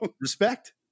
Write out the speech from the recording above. respect